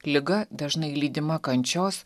liga dažnai lydima kančios